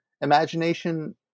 imagination